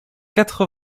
quatre